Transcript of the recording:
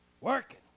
Working